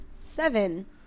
Seven